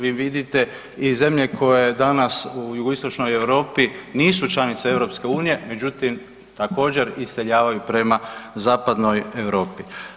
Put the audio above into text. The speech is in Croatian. Vi vidite i zemlje koje danas u jugoistočnoj Europi nisu članice EU, međutim također iseljavaju prema Zapadnoj Europi.